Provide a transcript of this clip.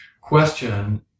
question